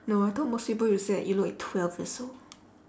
no I thought most people will say like you look like twelve years old